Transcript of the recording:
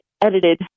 edited